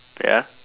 ya